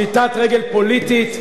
פשיטת רגל פוליטית,